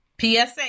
PSA